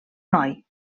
noi